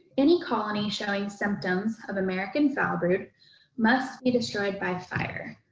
any colony showing symptoms of american foulbrood must be destroyed by fire.